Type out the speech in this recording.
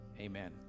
Amen